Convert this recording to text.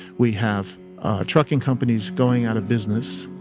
we have trucking companies going out of business,